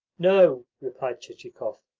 no, replied chichikov,